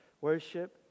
worship